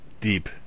Deep